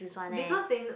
because they know